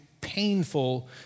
painful